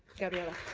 gabriella.